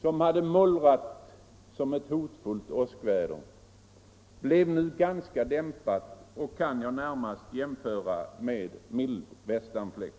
som hade mullrat som ett hotfullt åskväder, blev nu ganska dämpad och kan närmast jämföras med en mild västanfläkt.